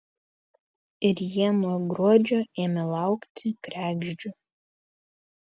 ir jie nuo gruodžio ėmė laukti kregždžių